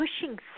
pushing